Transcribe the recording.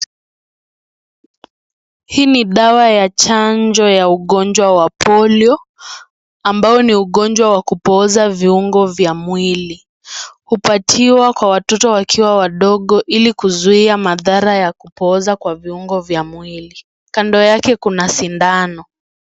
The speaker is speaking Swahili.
Hii ni dawa ya chanjo ya ugonjwa wa polio ambayo ni ugonjwa wa kupooza viungo vya mwili. Hupatiwa kwa watoto wakiwa wadogo ili kuzuuia madhara ya kupooza kwenye viungo vya mwili. Kando yake kuna sindano.